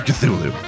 Cthulhu